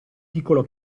piccolo